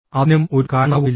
അതിനും ഒരു കാരണവുമില്ല